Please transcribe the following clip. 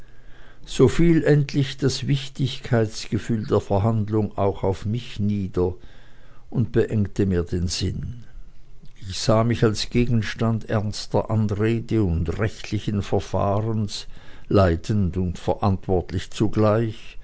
fiel endlich das wichtigkeitsgefühl der verhandlung auch auf mich nieder und beengte mir den sinn ich sah mich als gegenstand ernster anrede und rechtlichen verfahrens leidend und verantwortlich zugleich